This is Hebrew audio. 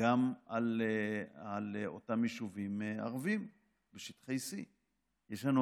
גם על אותם יישובים ערביים בשטחי C. יש לנו,